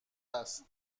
است